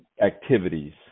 activities